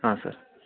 ಹಾಂ ಸರ್